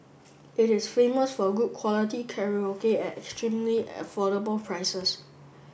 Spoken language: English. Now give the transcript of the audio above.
it is famous for good quality karaoke at extremely affordable prices